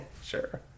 Sure